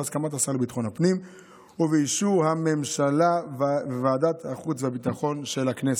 בהסכמת השר לביטחון הפנים ובאישור הממשלה וועדת החוץ והביטחון של הכנסת.